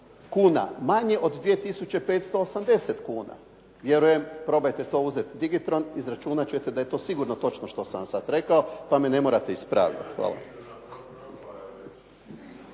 kuna manje od 2580 kuna. Vjerujem, probajte to uzeti digitron, izračunati ćete da je to sigurno točno što sam vam sada rekao, pa me ne morate ispravljati. Hvala.